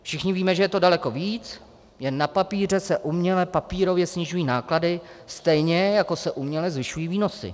Všichni víme, že je to daleko víc, jen na papíře se uměle, papírově snižují náklady, stejně jako se uměle zvyšují výnosy.